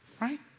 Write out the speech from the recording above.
right